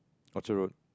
Orchard-Road